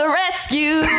rescue